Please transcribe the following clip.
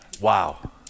wow